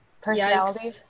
Personality